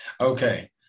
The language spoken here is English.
Okay